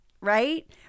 right